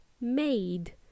made